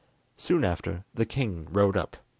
soon after the king rode up.